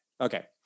okay